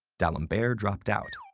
d'alembert dropped out.